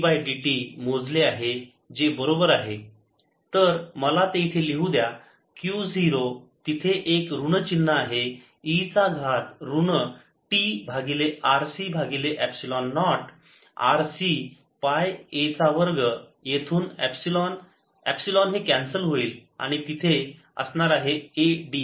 ds B2πs 00Q0e tRC0RCπa2×πs2 B 0Q0e tRC πs22πRC πa2s Bdis 0Q0e tRC s2πRC a2 तर मला ते इथे लिहू द्या Q 0 तिथे एक ऋण चिन्ह आहे e चा घात ऋण t भागिले RC भागिले epsilon naught RC pi a चा वर्ग येथून एपसिलोन एपसिलोन हे कॅन्सल होईल आणि तिथे असणार आहे a ds